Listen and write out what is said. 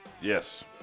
Yes